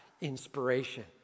inspiration